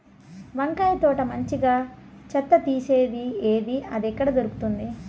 వంకాయ తోట మంచిగా చెత్త తీసేది ఏది? అది ఎక్కడ దొరుకుతుంది?